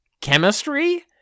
chemistry